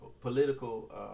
political